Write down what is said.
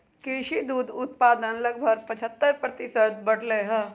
कृषि दुग्ध उत्पादन लगभग पचहत्तर प्रतिशत बढ़ लय है